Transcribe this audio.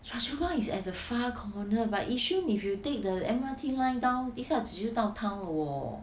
choa chu kang is at the far corner but yishun if you take the M_R_T line down 一下子就到 town 了喔